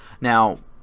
Now